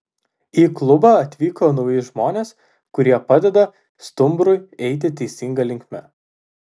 į klubą atvyko nauji žmonės kurie padeda stumbrui eiti teisinga linkme